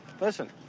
Listen